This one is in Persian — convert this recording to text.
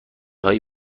های